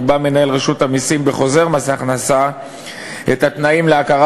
יקבע מנהל רשות המסים בחוזר מס הכנסה את התנאים להכרה